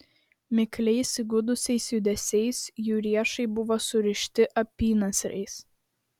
mikliais įgudusiais judesiais jų riešai buvo surišti apynasriais